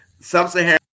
Sub-Saharan